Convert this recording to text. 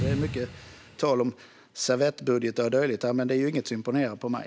Det är mycket tal om servettbudgetar och dylikt här, och det här är inget som imponerar på mig.